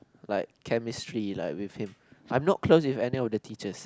like chemistry like with him I'm not close with any of the teachers